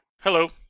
Hello